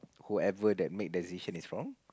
whoever that made the decision is from